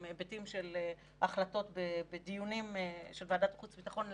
היבטים של החלטות בדיונים של ועדת החוץ והביטחון.